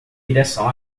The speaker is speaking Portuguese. direção